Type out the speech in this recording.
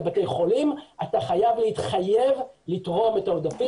לבתי חולים אתה חייב להתחייב לתרום את העודפים.